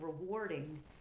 rewarding